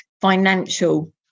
financial